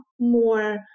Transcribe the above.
more